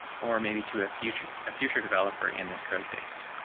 or maybe to a future ah future developer in this code base.